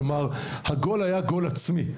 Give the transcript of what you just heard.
כלומר הגול היה גול עצמי.